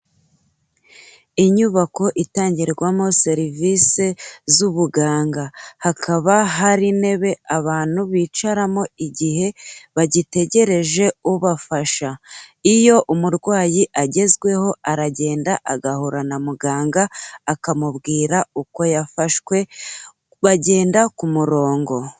Inyubako itangirwamo serivisi z'ubuganga, hakaba hari intebe abantu bicaramo igihe bagitegereje ubafasha, iyo umurwayi agezweho aragenda agahura na muganga akamubwira uko yafashwe, bagenda ku murongo.